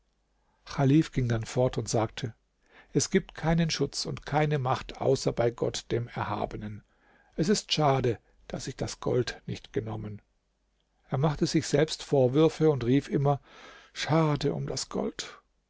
ging dann fort und sagte es gibt keinen schutz und keine macht außer bei gott dem erhabenen es ist schade daß ich das gold nicht genommen er machte sich selbst vorwürfe und rief immer schade um das gold